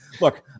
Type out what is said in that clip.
look